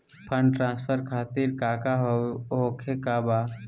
Fund transfer खातिर काका होखे का बा?